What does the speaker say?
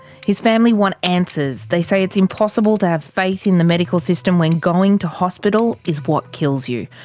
his family want answers. they say it's impossible to have faith in the medical system, when going to hospital is what kills you.